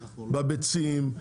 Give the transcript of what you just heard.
בביצים,